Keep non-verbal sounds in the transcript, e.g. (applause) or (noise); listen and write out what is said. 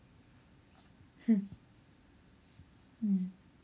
(laughs) mm